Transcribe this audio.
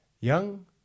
young